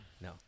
No